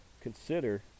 consider